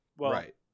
Right